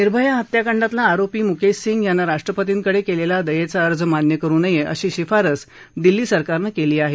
निर्भया हत्याकांडातला आरोपी मुकेश सिंग यानं राष्ट्रपतींकडे केलेला दयेचा अर्ज मान्य करु नये अशी शिफारस दिल्ली सरकारनं केली आहे